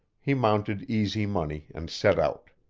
he mounted easy money and set out.